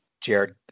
Jared –